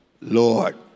Lord